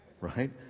right